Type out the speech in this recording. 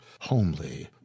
homely